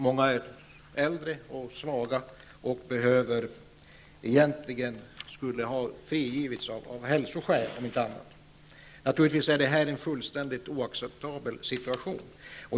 Många är äldre och svaga och skulle egentligen ha frigivits av hälsoskäl om inte annat. Naturligtvis är detta en fullständigt oacceptabel situation.